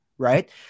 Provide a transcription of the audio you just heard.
Right